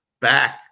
back